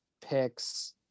picks